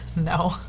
No